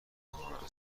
آنها